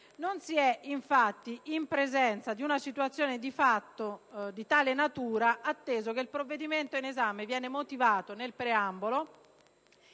Non si è in presenza di una situazione di fatto di tale natura atteso che il provvedimento in esame viene motivato, nel preambolo,